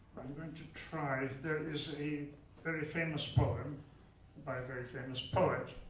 i'm going to try there is a very famous poem by a very famous poet.